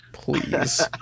Please